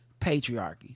patriarchy